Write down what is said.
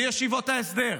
בישיבות ההסדר,